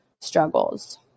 struggles